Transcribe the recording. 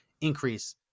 increase